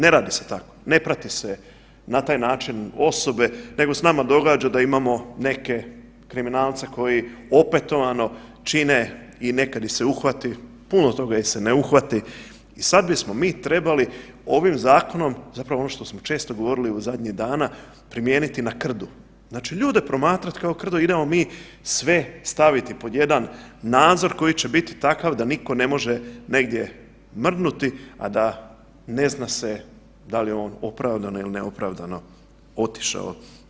Ne radi se tako, ne prati se na taj način osobe nego se nama događa da imamo neke kriminalce koji opetovano čine i nekad ih se uhvati, puno toga ih se ne uhvati i sad bismo mi trebali ovim zakonom zapravo ono što smo često govorili u zadnjih dana primijeniti na krdu, znači ljude promatrat kao krdo, idemo mi sve staviti pod jedan nadzor koji će biti takav da niko ne može negdje mrdnuti, a da ne zna se da li je on opravdano ili neopravdano otišao.